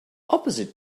opposite